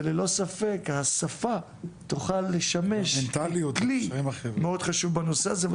וללא ספק השפה תוכל לשמש כלי מאוד חשוב בנושא הזה.